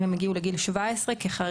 אם הם הגיעו לגיל 17 כחריג,